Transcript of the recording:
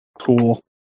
Cool